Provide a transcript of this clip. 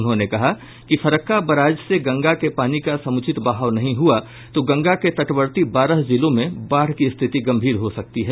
उन्होंने कहा कि फरक्का बराज से गंगा के पानी का समुचित बहाव नहीं हुआ तो गंगा के तटवर्ती बारह जिलों में बाढ़ की स्थिति गंभीर हो सकती है